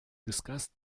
discussed